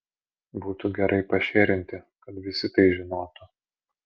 būtų gerai pašėrinti kad visi tai žinotų